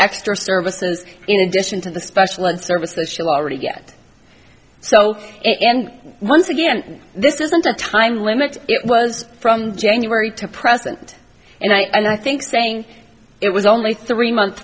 extra services in addition to the specialist service that she already get so and once again this isn't a time limit it was from january to present and i think saying it was only three months